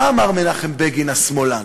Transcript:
מה אמר מנחם בגין השמאלן?